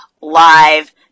live